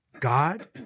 God